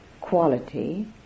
quality